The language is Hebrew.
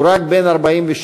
הוא רק בן 43,